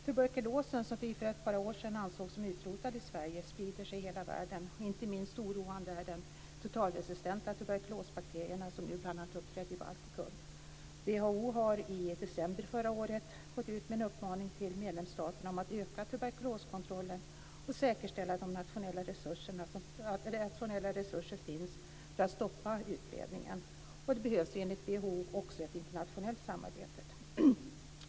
Tuberkulosen som för ett par år sedan ansågs som utrotad i Sverige sprider sig i hela världen, inte minst oroande är de totalresistenta tuberkulosbakterierna som nu bl.a. uppträder i Baltikum. WHO har i december förra året gått ut med en uppmaning till medlemsstaterna om att öka tuberkuloskontrollen och att säkerställa att nationella resurser finns för att stoppa utbredningen. Det behövs enligt WHO också ett internationellt samarbete.